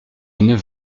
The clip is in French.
neuf